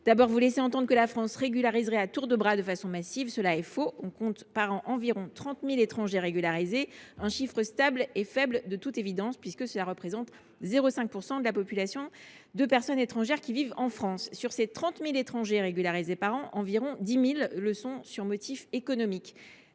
moins ! Vous laissez entendre que la France régulariserait à tour de bras et de façon massive, ce qui est faux. On compte environ 30 000 étrangers régularisés par an, un chiffre stable et faible, de toute évidence, puisque cela représente 0,5 % de la population de personnes étrangères qui vivent en France. Sur ces 30 000 étrangers régularisés par an, environ 10 000 le sont pour motif économique,